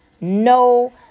No